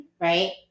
Right